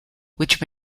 which